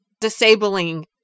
disabling